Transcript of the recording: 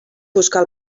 buscar